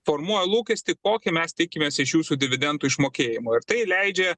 formuoja lūkestį kokį mes tikimės iš jūsų dividendų išmokėjimo ir tai leidžia